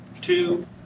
two